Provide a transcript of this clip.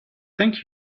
thank